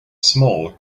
small